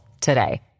today